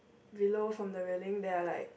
below from the railing there are like